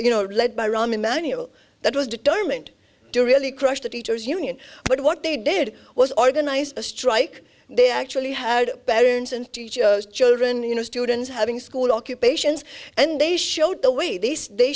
you know led by rahm emanuel that was determined to really crush the teachers union but what they did was organize a strike they actually had parents and teachers children you know students having school occupations and they showed the way the